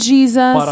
Jesus